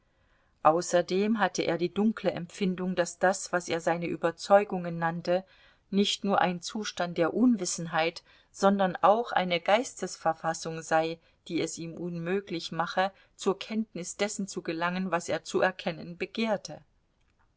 außerdem hatte er die dunkle empfindung daß das was er seine überzeugungen nannte nicht nur ein zustand der unwissenheit sondern auch eine geistesverfassung sei die es ihm unmöglich mache zur kenntnis dessen zu gelangen was er zu erkennen begehrte